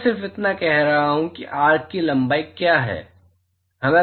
मैं सिर्फ इतना कह रहा हूं कि आर्क की लंबाई क्या है